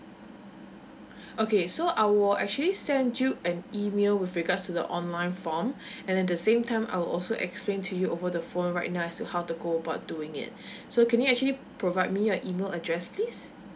okay so I will actually send you an email with regards to the online form and at the same time I will also explain to you over the phone right as to how to go about doing it so can you actually provide me your email address please